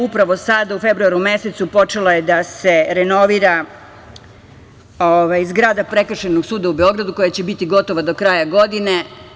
Upravo sada u februaru mesecu počela je da se renovira zgrada Prekršajnog suda u Beogradu koja će biti gotova do kraja godine.